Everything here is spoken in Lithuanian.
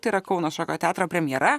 tai yra kauno šokio teatro premjera